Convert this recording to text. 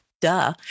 Duh